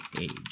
age